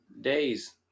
days